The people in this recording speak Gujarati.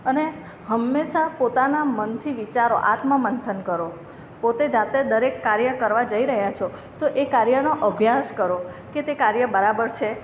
અને હંમેશા પોતાનાં મનથી વિચારો આત્મમંથન કરો પોતે જાતે દરેક કાર્ય કરવા જઈ રહ્યા છો તો એ કાર્યનો અભ્યાસ કરો કે તે કાર્ય બરાબર છે